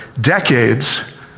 decades